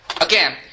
Again